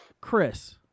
Chris